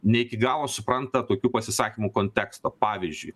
ne iki galo supranta tokių pasisakymų konteksto pavyzdžiui